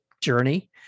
journey